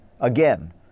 again